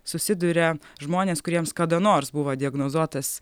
susiduria žmonės kuriems kada nors buvo diagnozuotas